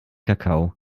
kakao